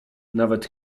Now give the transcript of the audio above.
nawet